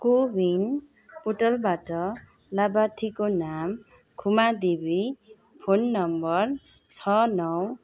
कोविन पोर्टलबाट लाभार्थीको नाम खुमादेवी फोन नम्बर छ नौ